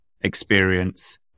experience